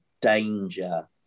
danger